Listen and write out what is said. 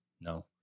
no